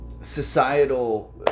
societal